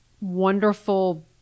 wonderful